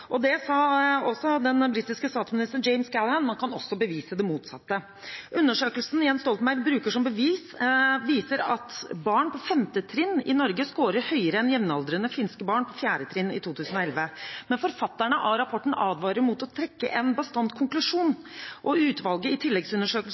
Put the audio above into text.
Det sa også den britiske statsministeren James Callaghan, og han fortsatte: «– også det motsatte». Undersøkelsen Jens Stoltenberg bruker som bevis, viser at barn på femte trinn i Norge scorer høyere enn jevnaldrende finske barn på fjerde trinn i 2011. Men forfatterne av rapporten advarer mot å trekke en